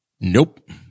Nope